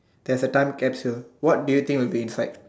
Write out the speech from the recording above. there's a time capsule what do you think will be inside